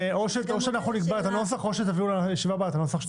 או שאנחנו נקבע את הנוסח או שאתם תביאו לישיבה הבאה שמקובל עליכם.